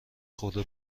خورده